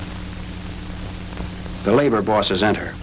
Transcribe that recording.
s the labor bosses enter